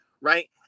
right